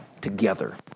together